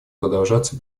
продолжаться